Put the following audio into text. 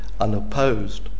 unopposed